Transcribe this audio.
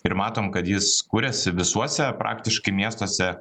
ir matom kad jis kuriasi visuose praktiškai miestuose